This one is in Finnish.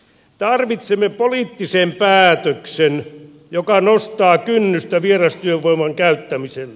tarvitsemme poliittisen päätöksen joka nostaa kynnystä vierastyövoiman käyttämiselle